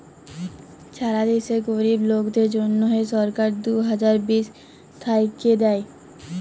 ছারা দ্যাশে গরীব লোকদের জ্যনহে সরকার দু হাজার বিশ থ্যাইকে দেই